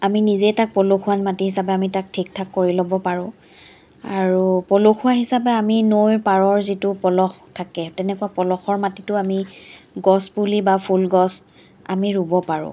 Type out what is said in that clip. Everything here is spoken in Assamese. আমি তাক নিজে পলসুৱা মাটি হিচাপে তাক ঠিক ঠাক কৰি ল'ব পাৰোঁ আৰু পলসুৱা হিচাপে আমি নৈৰ পাৰৰ যিটো পলস থাকে তেনেকুৱা পলসৰ মাটিতো আমি গছ পুলি বা ফুল গছ আমি ৰুব পাৰোঁ